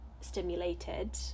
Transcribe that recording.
stimulated